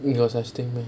rate of sustainment